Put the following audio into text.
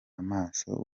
amaso